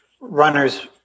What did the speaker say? runners